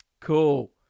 Cool